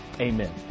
Amen